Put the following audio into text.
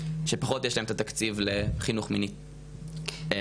שפחות יש להם את התקציב לחינוך מיני ראויים.